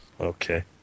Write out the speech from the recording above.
Okay